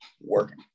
working